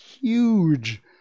huge